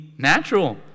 Natural